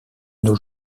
nos